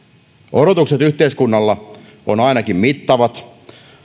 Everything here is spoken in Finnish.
odotukset yhteiskunnalla ovat ainakin mittavat